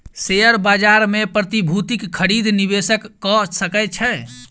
share बाजार मे प्रतिभूतिक खरीद निवेशक कअ सकै छै